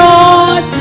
Lord